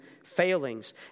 Failings